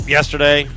Yesterday